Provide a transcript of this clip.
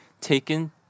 taken